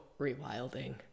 Rewilding